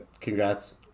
Congrats